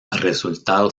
resultado